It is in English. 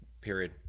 period